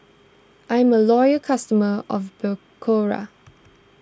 I'm a loyal customer of Berocca